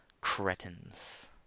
cretins